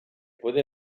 puede